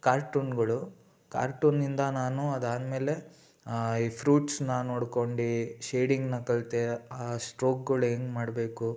ಕಾರ್ಟೂನ್ಗಳು ಕಾರ್ಟೂನ್ನಿಂದ ನಾನು ಅದಾದಮೇಲೆ ಈ ಫ್ರೂಟ್ಸ್ನಾ ನೋಡ್ಕೊಂಡು ಶೇಡಿಂಗ್ನ ಕಲಿತೆ ಆ ಸ್ಟ್ರೋಕ್ಗಳು ಹೆಂಗೆ ಮಾಡಬೇಕು